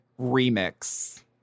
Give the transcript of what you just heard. remix